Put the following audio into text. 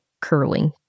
curling